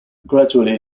gradually